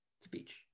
speech